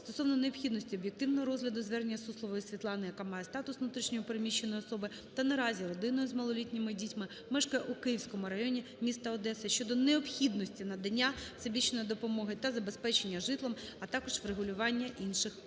стосовно необхідності об'єктивного розгляду звернення Суслової Світлани, яка має статус внутрішньо переміщеної особи та наразі родиною з малолітніми дітьми мешкає у Київському районі міста Одеса щодо необхідності надання всебічної допомоги та забезпечення житлом, а також врегулювання інших питань.